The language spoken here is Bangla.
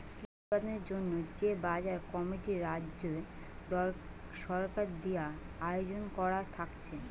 কৃষি উৎপাদনের জন্যে যে বাজার কমিটি রাজ্য সরকার দিয়ে আয়জন কোরা থাকছে